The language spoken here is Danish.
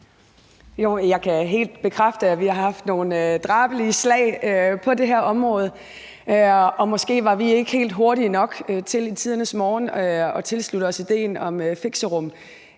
Jeg kan helt bekræfte, at vi har haft nogle drabelige slag på det her område, og måske var vi ikke helt hurtige nok til i tidernes morgen at tilslutte os idéen om fixerum.